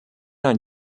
ein